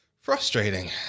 Frustrating